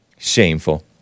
Shameful